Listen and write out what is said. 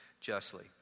justly